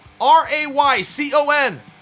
R-A-Y-C-O-N